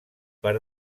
per